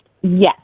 Yes